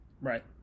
Right